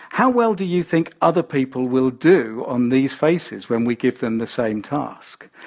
how well do you think other people will do on these faces when we give them the same task?